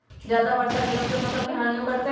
ज्यादा वर्षा गेंहू के फसल के हानियों करतै?